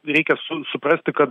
reikia su suprasti kad